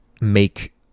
make